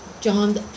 john